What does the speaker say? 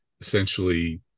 essentially